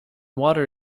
water